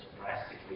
drastically